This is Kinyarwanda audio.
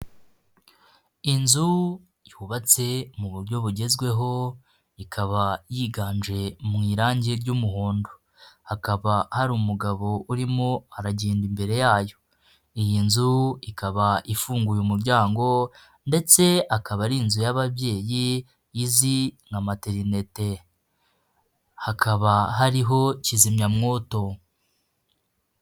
Inzu yubatse mu buryo bugezweho ikaba yiganje mu irangi ry'umuhondo, hakaba hari umugabo urimo aragenda imbere yayo, iyi nzu ikaba ifunguye umuryango ndetse akaba ari inzu y'ababyeyi izi nka materinete hakaba hariho kizimyamwoto.